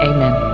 Amen